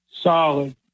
solid